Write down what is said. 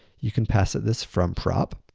you can pass at this from prop,